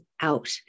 out